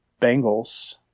Bengals